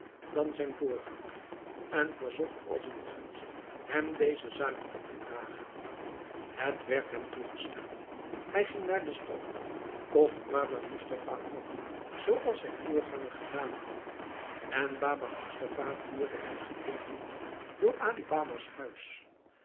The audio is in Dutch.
dan zijn voorganger en verzocht als een gunst hem deze taak op te dragen het werd hem toegestaan hij ging naar de stad kocht baba moestapha om zooals zijn voorganger gedaan had en baba moestapha voerde hem geblinddoekt voor ali baba's huis